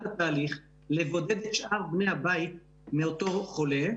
התהליך לבודד את שאר בני הבית מאותו חולה,